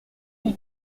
vous